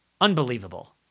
Unbelievable